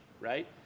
right